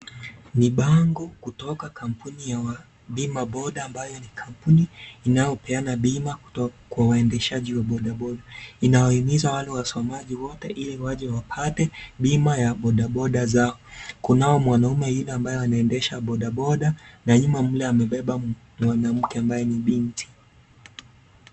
Ni bango kutoka kampuni ya wa pima boda, ambayo ni kampuni inayopeana pima kutoka kwa waendeshaji wa bodaboda. Inawaimisha wale wasomaji wote, ili waje wapate pima ya bodaboda zao. Kunao mwamaume yule ambaye anaendesha bodaboda, na hima mle amebeba mwanamke ambaye ni binti.